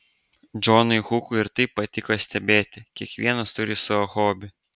džonui hukui ir tai patiko stebėti kiekvienas turi savo hobį